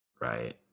right